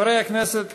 חברי הכנסת,